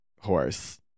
horse